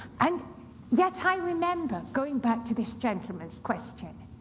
and yet i remember, going back to this gentleman's question,